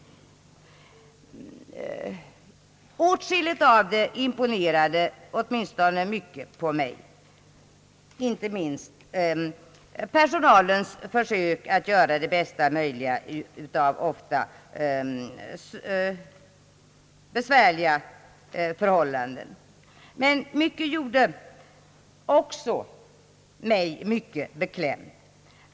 Åtskilligt av detta imponerade mycket åtminstone på mig, inte minst personalens försök att göra det bästa möjliga av ofta besvärliga förhållanden, men mycket gjorde också mig beklämd.